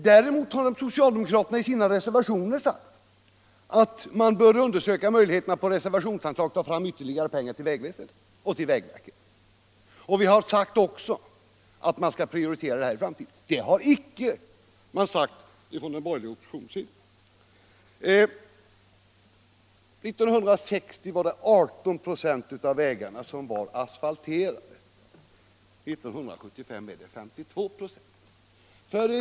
Däremot har socialdemokraterna i sina reservationer sagt att man bör undersöka möjligheterna att genom reservationsanslag ta fram ytterligare pengar till vägverket. Vi har också sagt att man i framtiden skall prioritera detta. Något sådant har man icke sagt från den borgerliga oppositionens sida. År 1960 var 18 96 av vägarna asfalterade. 1975 var 52 96 asfalterade.